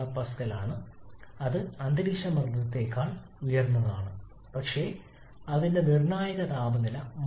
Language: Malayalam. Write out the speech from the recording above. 23 MPa ആണ് ഇത് അന്തരീക്ഷമർദ്ദത്തെക്കാൾ ഉയർന്നതാണ് പക്ഷേ അതിന്റെ നിർണ്ണായക താപനില 267